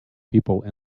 people